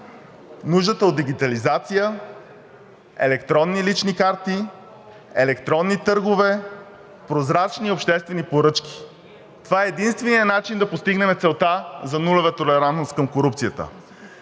нуждата от дигитализация, електронни лични карти, електронни търгове, прозрачни обществени поръчки. Това е единственият начин да постигнем целта за нулева толерантност към корупцията.